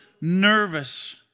nervous